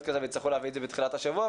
כזה ויצטרכו להביא את זה בתחילת השבוע,